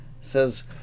says